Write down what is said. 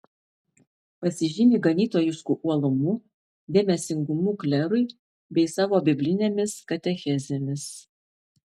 pasižymi ganytojišku uolumu dėmesingumu klerui bei savo biblinėmis katechezėmis